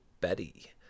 betty